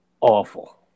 awful